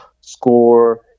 score